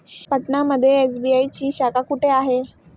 पटना मध्ये एस.बी.आय ची शाखा कुठे आहे?